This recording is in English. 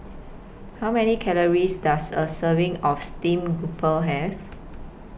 How Many Calories Does A Serving of Steamed Grouper Have